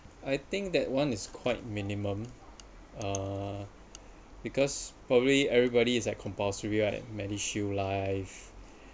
I think that [one] is quite minimum uh because probably everybody is at compulsory right MediShield life